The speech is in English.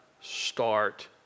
start